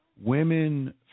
women